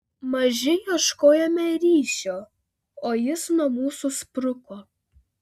maži ieškojome ryšio o jis nuo mūsų spruko